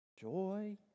joy